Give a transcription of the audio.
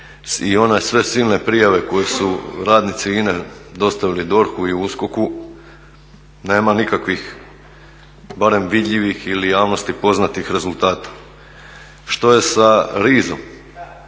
i one sve silne prijave koje su radnici INA-e dostavili DORH-u i USKOK-u nema nikakvih, barem vidljivih ili javnosti poznatih rezultata. Što je sa RIZ-om?